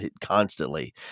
constantly